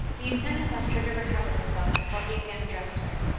the intendant left her to recover herself before he again addressed her.